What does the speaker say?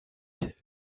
till